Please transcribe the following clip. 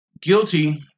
guilty